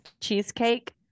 cheesecake